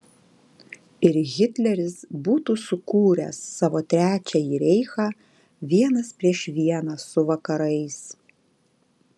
ir hitleris būtų sukūręs savo trečiąjį reichą vienas prieš vieną su vakarais